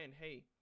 hey